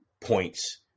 points